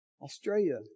Australia